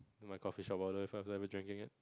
my coffee shop order if I'm ever drinking it